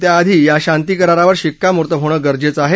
त्याआधी या शांती करारावर शिक्कामोर्तब होणं गरजेचं आहे